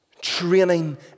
Training